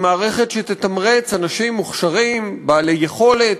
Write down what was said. עם מערכת שתתמרץ אנשים מוכשרים, בעלי יכולת,